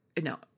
No